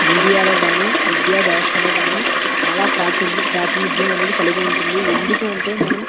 మీడియాలో కానీ విద్యావ్యవస్థలో కానీ చాలా ప్రాతి ప్రాతినిధ్యం అనేది కలిగి ఉంటుంది ఎందుకు అంటే మనం